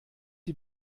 die